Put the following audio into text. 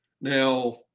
Now